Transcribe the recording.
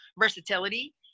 versatility